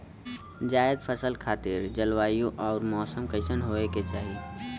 जायद फसल खातिर जलवायु अउर मौसम कइसन होवे के चाही?